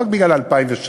לא רק בגלל 2007,